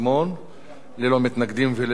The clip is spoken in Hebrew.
ללא מתנגדים וללא נמנעים.